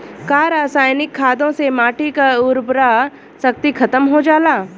का रसायनिक खादों से माटी क उर्वरा शक्ति खतम हो जाला?